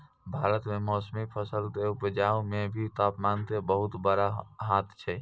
भारत मॅ मौसमी फसल कॅ उपजाय मॅ भी तामपान के बहुत बड़ो हाथ छै